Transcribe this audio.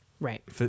Right